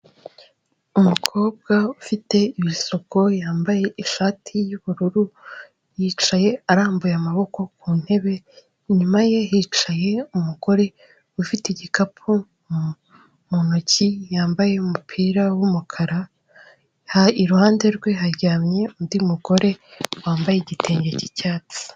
Umukobwa ufite ibisuko yambaye ishati y'ubururu yicaye arambuye amaboko ku ntebe, inyuma ye hicaye umugore ufite igikapu mu ntoki, yambaye umupira w'umukara, iruhande rwe haryamye undi mugore wambaye igitenge k'icyatsi.